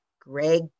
Greg